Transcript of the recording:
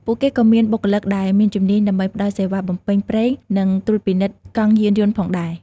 ពួកគេក៏មានបុគ្គលិកដែលមានជំនាញដើម្បីផ្តល់សេវាបំពេញប្រេងនិងត្រួតពិនិត្យកង់យានយន្តផងដែរ។